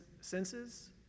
senses